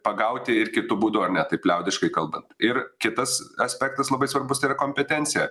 pagauti ir kitu būdu ar ne taip liaudiškai kalbant ir kitas aspektas labai svarbus tai yra kompetencija